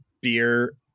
beer